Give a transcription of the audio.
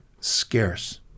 scarce